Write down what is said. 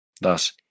Thus